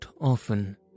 often